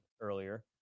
earlier